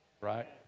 Right